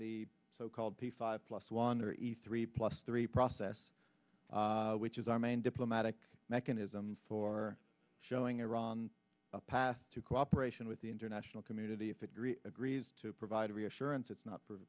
the so called p five plus wonder a three plus three process which is our main diplomatic mechanism for showing iran a path to cooperation with the international community if it agrees to provide reassurance it's not